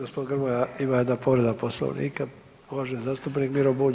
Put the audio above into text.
Gospodine Grmoja ima jedna povreda Poslovnika, uvaženi zastupnik Miro Bulj.